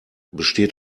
besteht